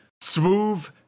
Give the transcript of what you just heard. Smooth